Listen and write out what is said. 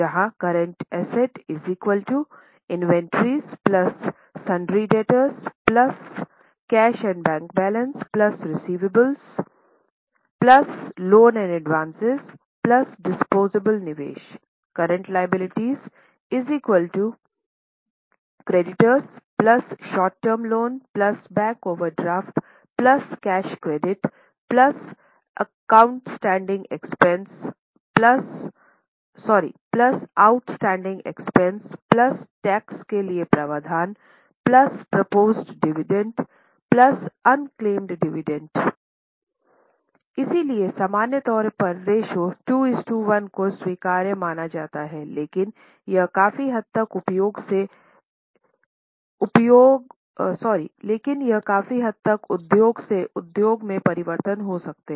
जहाँ current asset निवेश current liability creditors short term loan bank overdraft cash credit outstanding expense tax के लिए प्रावधान प्रोपोसड डिविडेंड अनक्लेमेड डिविडेंड इसलिए सामान्य तौर पर रेश्यो 21 को स्वीकार्य माना जाता है लेकिन यह काफी हद तक उद्योग से उद्योग में परिवर्तन हो सकता है